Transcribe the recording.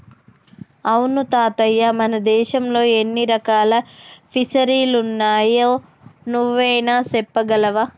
అవును తాతయ్య మన దేశంలో ఎన్ని రకాల ఫిసరీలున్నాయో నువ్వైనా సెప్పగలవా